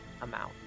amount